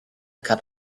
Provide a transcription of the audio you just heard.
cup